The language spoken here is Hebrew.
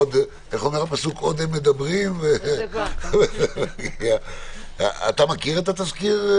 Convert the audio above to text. עוד הם מדברים - אתה מכיר את התזכיר?